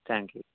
thank you